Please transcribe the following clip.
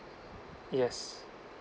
yes